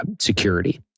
security